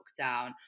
lockdown